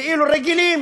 כאילו רגילים.